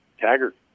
Taggart